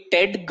Ted